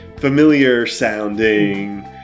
familiar-sounding